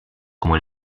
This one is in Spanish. como